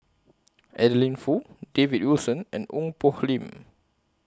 Adeline Foo David Wilson and Ong Poh Lim